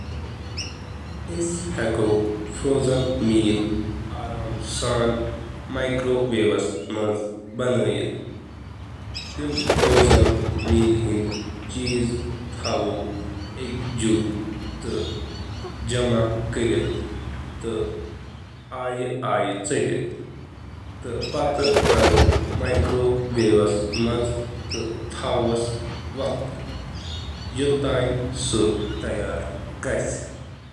مائیکروویوَس منٛز منجمد کھٮ۪ن رننہٕ خٲطرٕ، کانٛہہ تہِ بیرونی پیکیجنگ ہٹاو، کھٮ۪ن تھٲوِو مائیکروویو سیف ڈِشَس منٛز، سٹیم ژلنہٕ خٲطرٕ کٔرِو پلاسٹک ریپَس ژیر، تہٕ پیکیجٕچ ہدایتہٕ مطٲبق تھدِ طاقتس پٮ۪ٹھ گرم، وقتاً فوقتاً جانچ کران تہٕ رنٛنٕچ عملہِ ہٕنٛدس نصفس منٛز ہلچل کران۔